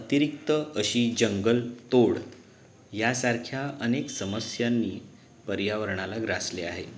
अतिरिक्त अशी जंगलतोड यासारख्या अनेक समस्यांनी पर्यावरणाला ग्रासले आहे